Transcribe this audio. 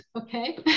Okay